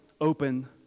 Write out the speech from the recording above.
open